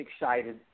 excited